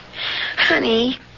Honey